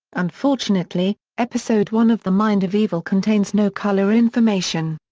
unfortunately, episode one of the mind of evil contains no colour information.